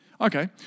Okay